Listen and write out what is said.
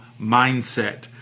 mindset